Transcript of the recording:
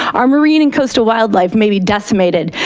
our marine and coastal wildlife may be decimated.